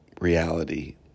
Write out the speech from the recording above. reality